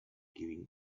giving